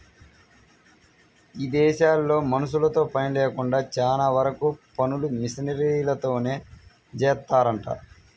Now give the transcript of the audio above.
ఇదేశాల్లో మనుషులతో పని లేకుండా చానా వరకు పనులు మిషనరీలతోనే జేత్తారంట